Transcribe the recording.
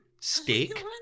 steak